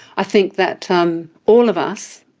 i think that um all of us,